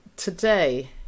Today